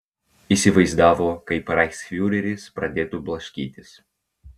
įsivaizdavo kaip reichsfiureris pradėtų blaškytis